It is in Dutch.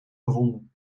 gevonden